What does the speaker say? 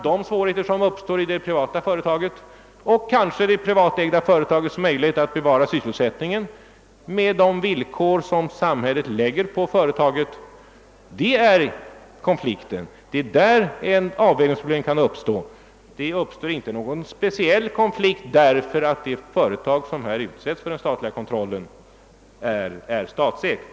Konflikten beror på förekomsten av två olika samhällsintressen, t.ex. miljövården och sysselsättningen. Det uppstår emellertid inte någon speciell konflikt därför att ett företag som utsätts för den statliga kontrollen är statsägt.